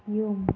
ꯌꯨꯝ